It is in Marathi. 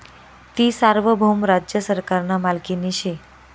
ती सार्वभौम राज्य सरकारना मालकीनी शे